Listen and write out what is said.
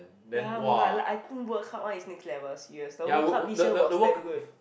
ya !wah! I like I think World Cup one is next level serious the World Cup this year was damn good